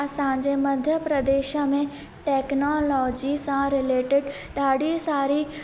असांजे मध्य प्रदेश में टेक्नोलॉजी सां रिलेटिड ॾाढी सारी